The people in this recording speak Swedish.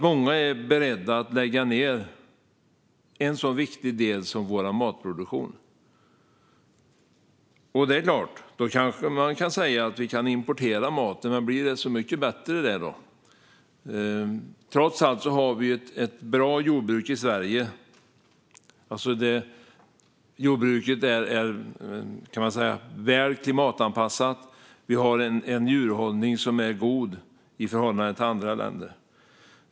Många är alltså beredda att lägga ned en så viktig del som vår matproduktion. Det är klart att man kan säga att vi kan importera mat i stället. Men blir det så mycket bättre? Trots allt har vi ett bra jordbruk i Sverige. Jordbruket är väl klimatanpassat, och vi har en djurhållning som är god i förhållande till andra länder.